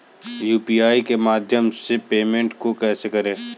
UPI के माध्यम से पेमेंट को कैसे करें?